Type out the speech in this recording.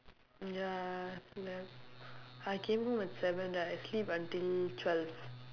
ya I slept I came home at seven right I sleep until twelve